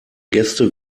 gäste